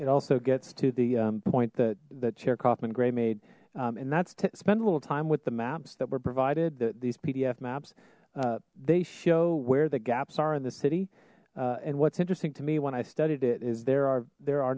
it also gets to the point that the chair kauffman gray made and that's to spend a little time with the maps that were provided that these pdf maps they show where the gaps are in the city and what's interesting to me when i studied it is there are there are